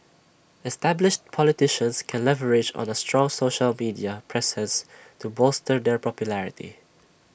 established politicians can leverage on A strong social media presence to bolster their popularity